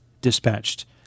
dispatched